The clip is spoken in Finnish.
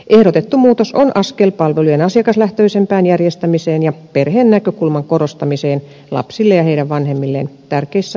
ehdotettu muutos on askel palvelujen asiakaslähtöisempään järjestämiseen ja perheen näkökulman korostamiseen lapsille ja heidän vanhemmilleen tärkeissä varhaiskasvatuspalveluissa